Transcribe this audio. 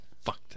fuck